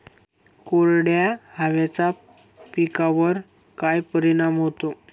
कोरड्या हवेचा पिकावर काय परिणाम होतो?